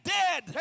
dead